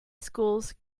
schools